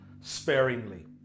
sparingly